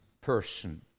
person